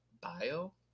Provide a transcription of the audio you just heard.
bio